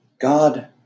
God